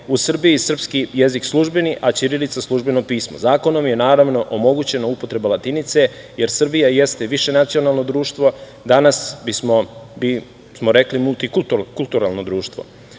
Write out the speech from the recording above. u Srbiji srpski jezik službeni, a ćirilica službeno pismo. Zakonom je naravno omogućena upotreba latinice, jer Srbija jeste višenacionalno društvo, danas bi smo rekli multikulturalno društvo. Latinica